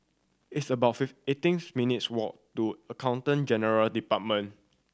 it's about fifth eighteen minutes' walk to Accountant General Department